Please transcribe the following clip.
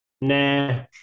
nah